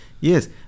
yes